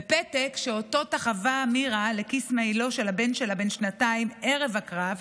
בפתק שאותו תחבה מירה לכיס מעילו של הבן שלה בן השנתיים ערב הקרב,